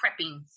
prepping